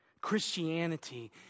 Christianity